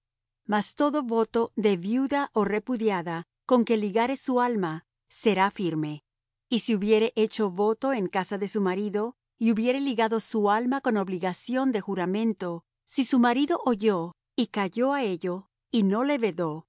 mas todo voto de viuda ó repudiada con que ligare su alma será firme y si hubiere hecho voto en casa de su marido y hubiere ligado su alma con obligación de juramento si su marido oyó y calló á ello y no le vedó